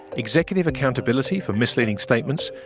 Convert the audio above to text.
executive accountability for misleading statements,